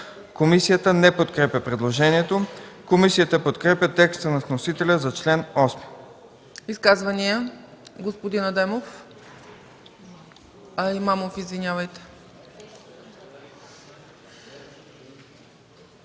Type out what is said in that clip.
Комисията не подкрепя предложението. Комисията подкрепя текста на вносителя за чл. 8.